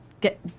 get